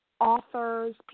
authors